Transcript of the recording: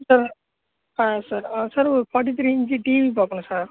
sir sir sir ஒரு forty three inch TV பார்க்குணும் sir